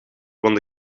want